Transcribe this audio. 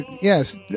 Yes